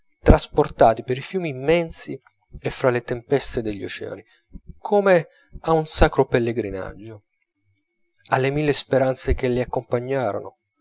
trasportati per i fiumi immensi e fra le tempeste degli oceani come a un sacro pellegrinaggio alle mille speranze che li accompagnarono